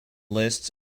lists